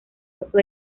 oso